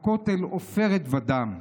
/ הכותל, עופרת ודם.